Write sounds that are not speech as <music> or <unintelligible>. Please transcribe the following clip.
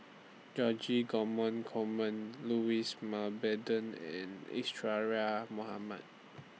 George <unintelligible> Coleman Louis Mountbatten and <unintelligible> Mohamed